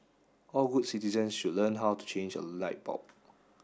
all good citizens should learn how to change a light bulb